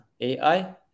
AI